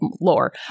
lore